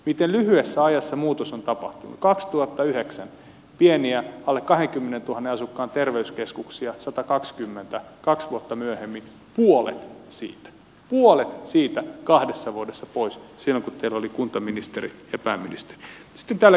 ite lyhyessä ajassa muutu sen tapa kaksituhattayhdeksän pieniä alle kai kymmenen tuhannen asukkaan terveyskeskuksia satakaksikymmentä kaksi vuotta myöhemmin puolet siitä puolet siitä kahdessa vuodessa pois sillä ero oli kuntaministeri pääministerin esti tällä